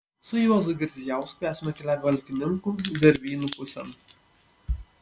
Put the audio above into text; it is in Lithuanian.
su juozu girdzijausku esame keliavę valkininkų zervynų pusėn